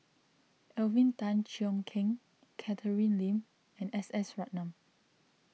Alvin Tan Cheong Kheng Catherine Lim and S S Ratnam